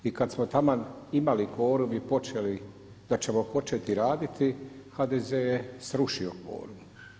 I kad smo taman imali kvorum i da početi raditi, HDZ je srušio kvorum.